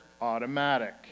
automatic